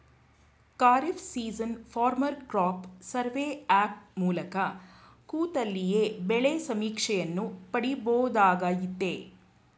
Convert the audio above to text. kharif season farmer crop survey app ಮೂಲಕ ಕೂತಲ್ಲಿಯೇ ಬೆಳೆ ಸಮೀಕ್ಷೆಯನ್ನು ಪಡಿಬೋದಾಗಯ್ತೆ